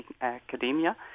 academia